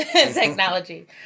technology